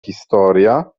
historia